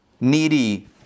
needy